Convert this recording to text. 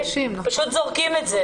פשוט זורקים את זה.